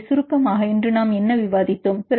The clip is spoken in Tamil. எனவே சுருக்கமாக இன்று நாம் என்ன விவாதித்தோம்